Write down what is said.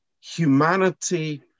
humanity